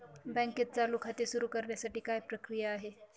बँकेत चालू खाते सुरु करण्यासाठी काय प्रक्रिया आहे?